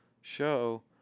show